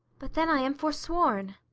but then i am forsworn